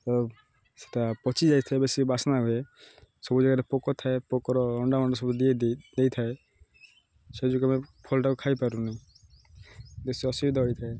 ତ ସେଇଟା ପଚିଯାଇଥାଏ ବେଶୀ ବାସ୍ନା ହୁଏ ସବୁ ଜାଗାରେ ପୋକ ଥାଏ ପୋକର ଅଣ୍ଡା ମଣ୍ଡା ସବୁ ଦିଏ ଦିଏ ଦେଇଥାଏ ସେ ଯୋଗୁଁ ଆମେ ଫଳଟାକୁ ଖାଇପାରୁନି ବେଶୀ ଅସୁବିଧା ହୋଇଥାଏ